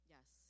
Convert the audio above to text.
Yes